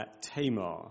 Tamar